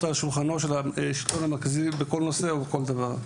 על שולחנו של השלטון המרכזי בכל נושא ובכל דבר.